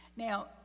Now